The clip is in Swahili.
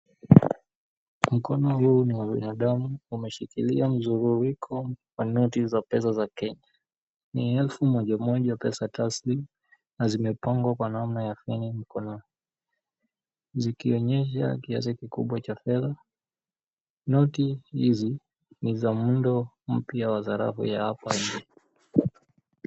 Mkono huu ni wa binadamu. Umeshikilia mzururiko wa noti za pesa za Kenya. Ni elfu moja moja pesa taslimu na zimepangwa kwa namna ya feni mkononi. Zikionyesha kiasi kikubwa cha fedha. Noti hizi ni za muundo mpya wa zarafu ya hapa nje.